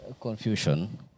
Confusion